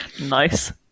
nice